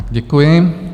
Děkuji.